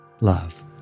love